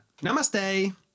Namaste